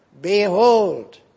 Behold